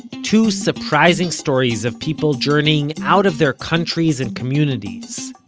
two surprising stories of people journeying out of their countries and communities,